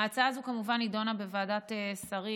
ההצעה הזו, כמובן, נדונה בוועדת שרים.